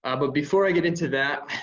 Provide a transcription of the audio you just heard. ah but before i get into that,